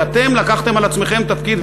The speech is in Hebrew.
כי אתם לקחתם על עצמכם תפקיד,